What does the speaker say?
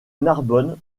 narbonne